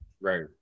Right